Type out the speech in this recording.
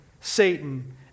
Satan